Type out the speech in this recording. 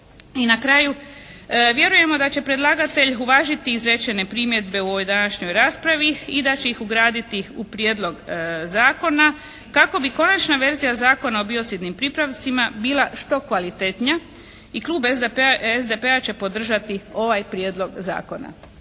I na kraju vjerujemo da će predlagatelj uvažiti izrečene primjedbe u ovoj današnjoj raspravi i da će ih ugraditi u prijedlog zakona kako bi konačna verzija zakona o biocidnim pripravcima bila što kvalitetnija. I Klub SDP-a će podržati ovaj Prijedlog zakona.